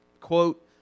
quote